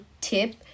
tip